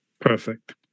Perfect